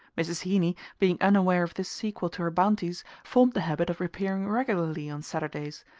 mrs. heeny, being unaware of this sequel to her bounties, formed the habit of appearing regularly on saturdays,